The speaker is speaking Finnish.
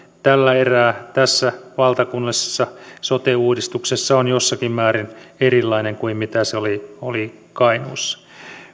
tällä erää tässä valtakunnallisessa sote uudistuksessa on jossakin määrin erilainen kuin mitä se oli oli kainuussa